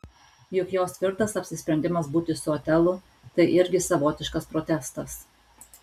juk jos tvirtas apsisprendimas būti su otelu tai irgi savotiškas protestas